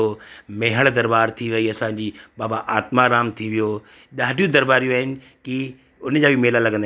मेहड़ दरॿार थी वेई असां जी बाबा आत्मा राम थी वियो ॾाढियूं दरॿारियूं आहिनि की उन जा बि मेला लॻंदा आहिनि